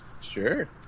Sure